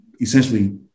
essentially